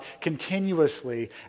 continuously